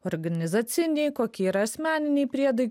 organizaciniai kokie yra asmeniniai priedai